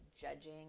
judging